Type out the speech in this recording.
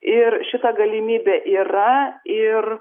ir šita galimybė yra ir